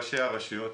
ראשי הרשויות.